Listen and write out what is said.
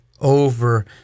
over